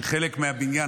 כי חלק מהבניין,